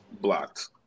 Blocked